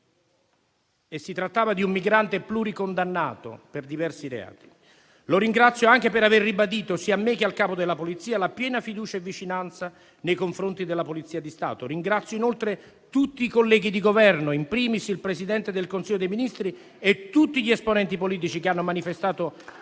Si trattava di un migrante pluricondannato per diversi reati. Lo ringrazio anche per aver ribadito, sia a me che al capo della Polizia, piena fiducia e vicinanza nei confronti della Polizia di Stato. Ringrazio inoltre tutti i colleghi di Governo, *in primis* il Presidente del Consiglio dei ministri, e tutti gli esponenti politici che hanno manifestato